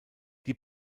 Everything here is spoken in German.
die